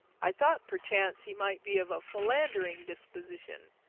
i thought perchance he might be of a philandering disposition,